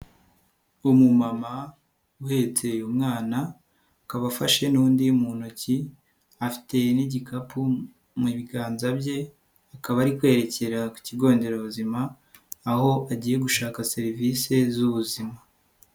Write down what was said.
Umumama uhetse umwana akaba afashe n'undi mu ntoki afite n'igikapu mu biganza bye, akaba ari kwerekera ku kigonderabuzima, aho agiye gushaka serivisi z'ubuzima.